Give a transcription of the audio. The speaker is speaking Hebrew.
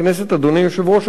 אדוני יושב-ראש הוועדה,